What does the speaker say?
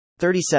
37